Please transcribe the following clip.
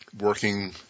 working